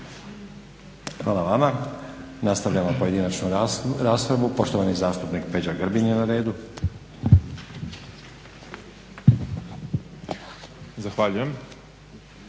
Hvala vama. Nastavljamo pojedinačnu raspravu, poštovani zastupnik Peđa Grbin je na redu. **Grbin,